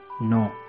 no